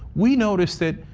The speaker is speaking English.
we noticed it.